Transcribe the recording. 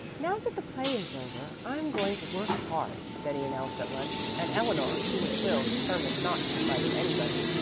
now that the play is over, i'm going to work hard, betty announced at lunch, and eleanor, who was still determined not to confide in anybody,